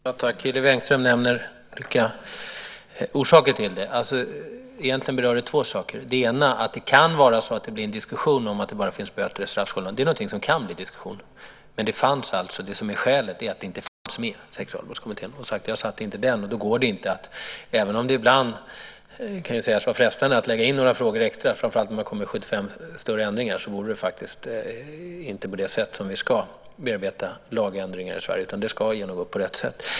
Fru talman! Hillevi Engström frågade efter olika orsaker till detta. Egentligen berör det två saker. Det ena, att det bara finns böter i straffskalan, är någonting det kan bli diskussion om, men skälet är att detta inte fanns med i Sexualbrottskommittén. Jag satt som sagt inte i den. Även om det ibland kan sägas vara frestande att lägga in några frågor extra, framför allt när man kommer med 75 större ändringar, är det faktiskt inte på det sättet vi ska bearbeta lagändringar i Sverige. Det ska genomföras på rätt sätt.